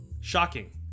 Shocking